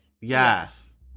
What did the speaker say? Yes